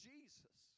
Jesus